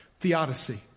theodicy